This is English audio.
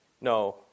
No